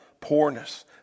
poorness